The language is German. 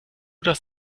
das